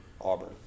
Auburn